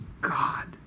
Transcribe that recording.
God